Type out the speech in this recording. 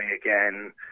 again